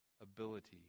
ability